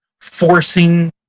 forcing